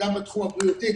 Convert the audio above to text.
גם בתחום הבריאותי,